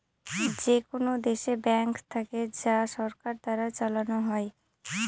যেকোনো দেশে ব্যাঙ্ক থাকে যা সরকার দ্বারা চালানো হয়